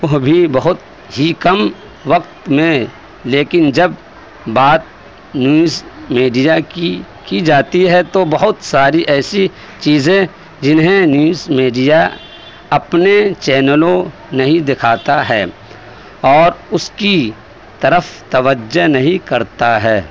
وہ بھی بہت ہی کم وقت میں لیکن جب بات نیوز میڈیا کی کی جاتی ہے تو بہت ساری ایسی چیزیں جنہیں نیوز میڈیا اپنے چینلوں نہیں دیکھاتا ہے اور اس کی طرف توجہ نہیں کرتا ہے